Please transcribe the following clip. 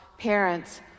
Parents